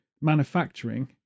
manufacturing